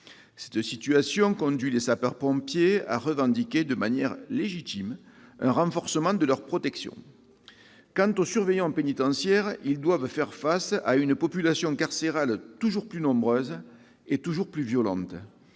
Cette situation conduit les sapeurs-pompiers à revendiquer, de manière légitime, un renforcement de leur protection. Quant aux surveillants pénitentiaires, ils doivent faire face à une population carcérale toujours plus nombreuse et toujours plus violente.